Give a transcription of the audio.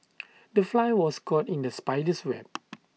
the fly was caught in the spider's web